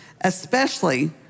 especially